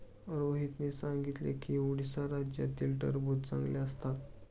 रोहितने सांगितले की उडीसा राज्यातील टरबूज चांगले असतात